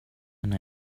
and